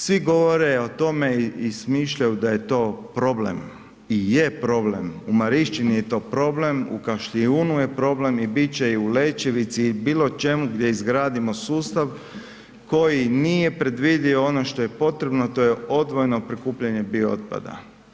Svi govore o tome i smišljaju da je to problem i je problem, u Marišćini je to problem u Kaštijunu je problem i bit će i u Lećevici i bilo čemu gdje izgradimo sustav koji nije predvidio ono što je potrebno, a to je odvojeno prikupljanje bio otpada.